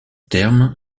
terme